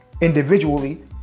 individually